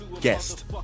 guest